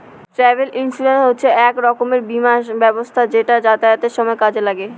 travel insurance হচ্ছে এক রকমের বীমা ব্যবস্থা যেটা যাতায়াতের সময় কাজে লাগে